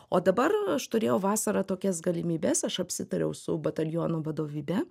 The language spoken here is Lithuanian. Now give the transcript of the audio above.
o dabar aš turėjau vasarą tokias galimybes aš apsitariau su bataliono vadovybe